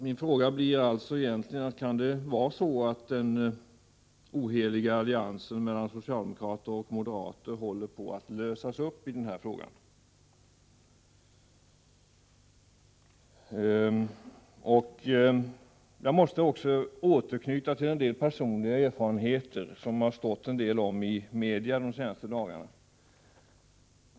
Min fråga blir egentligen: Kan det vara så, att den oheliga alliansen mellan socialdemokrater och moderater på det här området håller på att lösas upp? Jag vill vidare återknyta till en del personliga erfarenheter, saker som det har stått en del om i pressen de senaste dagarna.